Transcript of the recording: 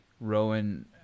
Rowan